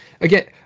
again